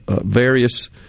various